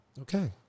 Okay